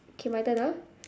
okay my turn ah